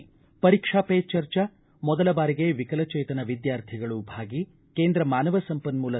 ಪರೀಕ್ಷಾ ಪೇ ಚರ್ಚಾ ಮೊದಲ ಬಾರಿಗೆ ವಿಕಲ ಚೇತನ ವಿದ್ವಾರ್ಥಿಗಳು ಭಾಗಿ ಕೇಂದ್ರ ಮಾನವ ಸಂಪನ್ನೂಲ